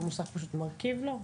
המוסך פשוט מרכיב לו?